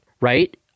right